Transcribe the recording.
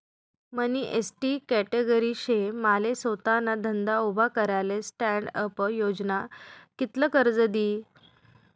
मनी ST category शे माले सोताना धंदा उभा कराले स्टॅण्डअप योजना कित्ल कर्ज दी?